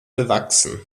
bewachsen